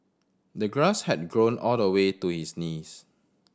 the grass had grown all the way to his knees